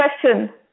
question